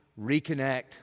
reconnect